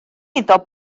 iddo